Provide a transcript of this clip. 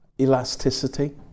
elasticity